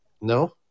no